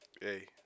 Hey